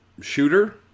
shooter